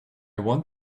want